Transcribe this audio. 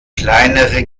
kleinere